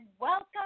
welcome